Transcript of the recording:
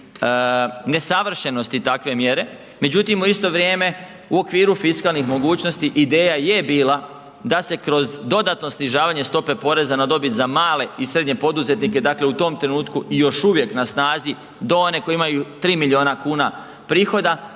nesavršenosti takve mjere međutim u isto vrijeme, u okviru fiskalnih mogućnosti, ideja je bila da se kroz dodatno snižavanje stopa poreza na dobit za male i srednje poduzetnike, dakle u tom trenutku i još uvijek na snazi, do one koji imaju 3 milijuna kuna prihoda,